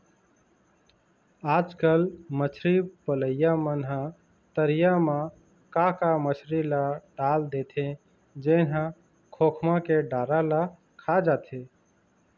आजकल मछरी पलइया मन ह तरिया म का का मछरी ल डाल देथे जेन ह खोखमा के डारा ल खा जाथे